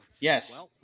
Yes